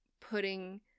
putting